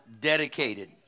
Dedicated